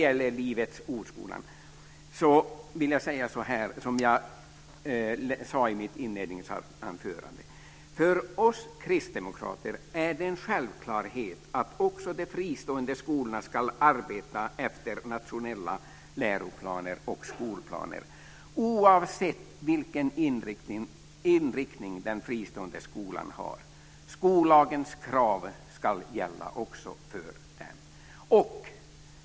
Angående Livets Ord-skolan vill jag säga som jag sade i mitt inledningsanförande: För oss kristdemokrater är det en självklarhet att också de fristående skolorna ska arbeta efter nationella läroplaner och skolplaner oavsett vilken inriktning den fristående skolan har. Skollagens krav ska gälla också för dem.